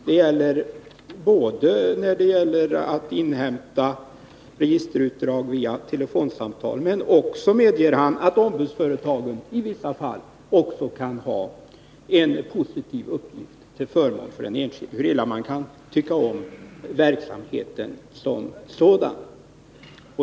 Det blir försämringar när det gäller att inhämta registerutdrag via telefonsamtal. Men ombudsföretagen kan också, medgav han, i vissa fall ha en positiv uppgift som är till förmån för den enskilde, hur illa man än kan tycka om verksamheten som sådan.